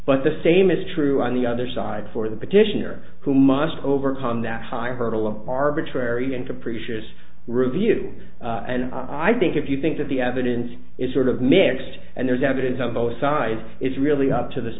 but the same is true on the other side for the petitioner who must overcome that high hurdle of arbitrary and capricious review and i think if you think that the evidence is sort of mixed and there's evidence on both sides it's really up to th